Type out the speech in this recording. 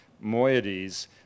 moieties